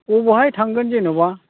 बबेहाय थांगोन जेनेबा